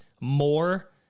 more